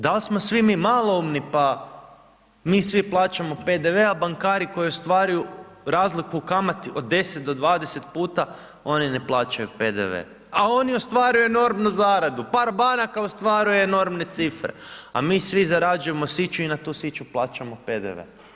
Da li smo svi mi svi maloumni pa mi svi plaćamo PDV a bankari koji ostvaruju razliku u kamati od 10 do 20 puta oni ne plaćaju PDV a oni ostvaruju enormnu zaradu, par banaka ostvaruje enormne cifre a mi svi zarađujemo siću i na tu siću plaćamo PDV.